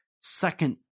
second